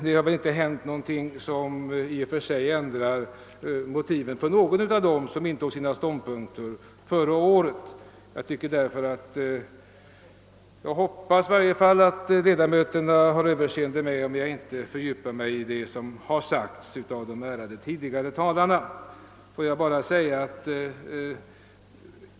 Det har inte hänt någonting som nu skulle kunna motivera ett annat stånd punktstagande än förra året. Jag hoppas därför att ledamöterna har Ööverseende med mig, om jag inte fördjupar mig i vad som sagts av de tidigare ärade talarna.